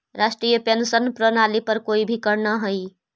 राष्ट्रीय पेंशन प्रणाली पर कोई भी करऽ न हई